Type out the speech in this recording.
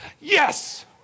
Yes